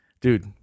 Dude